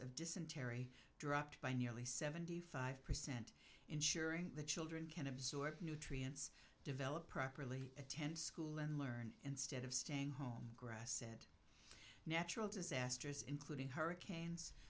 of dysentery dropped by nearly seventy five percent ensuring the children can absorb nutrients develop properly attend school and learn instead of staying home greg said natural disasters including hurricanes